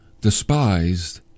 despised